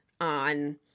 on